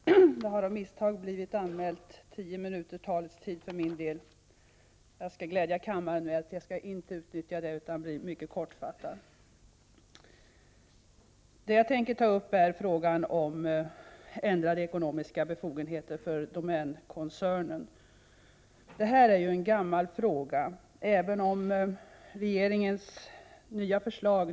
Herr talman! Jag har av misstag blivt antecknad för tio minuters taletid. Jag vill glädja kammarens ledamöter med att jag inte kommer att utnyttja den tiden, utan jag skall vara mycket kortfattad. Jag avser att ta upp frågan om ändrade ekonomiska befogenheter för domänkoncernen. Detta är en gammal fråga även om regeringen nu lagt fram ett nytt förslag.